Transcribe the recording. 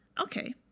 okay